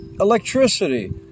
electricity